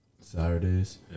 Saturdays